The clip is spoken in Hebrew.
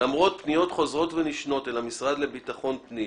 "למרות פניות חוזרות ונשנות אל המשרד לביטחון פנים